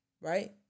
right